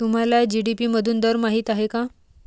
तुम्हाला जी.डी.पी मधून दर माहित आहे का?